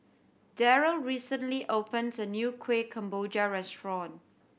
Darryl recently opened a new Kueh Kemboja restaurant